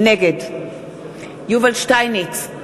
נגד יובל שטייניץ,